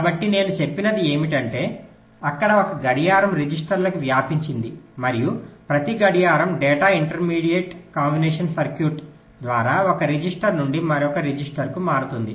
కాబట్టి నేను చెప్పినది ఏమిటంటే అక్కడ ఒక గడియారం రిజిస్టర్లకు వ్యాపించింది మరియు ప్రతి గడియారం డేటా ఇంటర్మీడియట్ కాంబినేషన్ సర్క్యూట్ ద్వారా ఒక రిజిస్టర్ నుండి మరొక రిజిస్టర్కు మారుతుంది